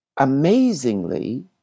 amazingly